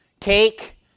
cake